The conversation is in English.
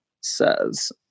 says